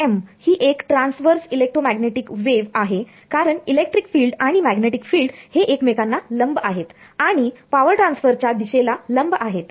TEM ही एक transverse electromagnetic wave आहे कारण इलेक्ट्रिक फील्ड आणि मॅग्नेटिक फिल्ड हे एकमेकांना लंब आहेत आणि पावर ट्रान्सफर च्या दिशेला लंब आहेत